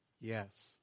Yes